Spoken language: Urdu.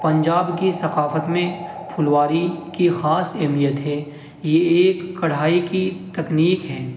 پنجاب کی ثقافت میں پھلواری کی خاص اہمیت ہے یہ ایک کڑھائی کی تکنیک ہے